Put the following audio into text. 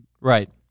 Right